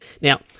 Now